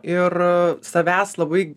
ir savęs labai